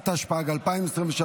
התשפ"ג 2023,